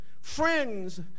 friends